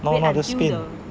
no not just spain